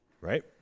Right